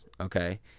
okay